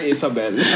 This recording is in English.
Isabel